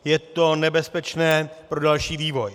Je to nebezpečné pro další vývoj.